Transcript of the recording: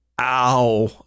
ow